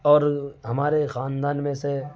اور ہمارے خاندان میں سے